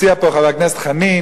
הציע פה חבר הכנסת חנין,